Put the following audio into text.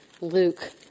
Luke